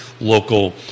local